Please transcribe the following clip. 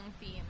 theme